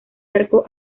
arco